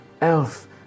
elf